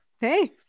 Hey